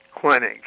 clinic